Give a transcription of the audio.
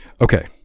Okay